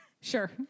Sure